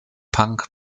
punk